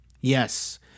Yes